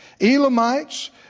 Elamites